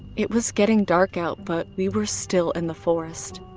it was getting dark out. but we were still in the forest.